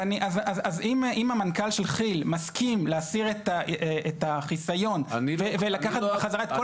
אם המנכ"ל של כי"ל מסכים להסיר את החיסיון ולקחת בחזרה את כל